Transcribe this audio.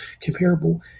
comparable